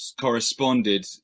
corresponded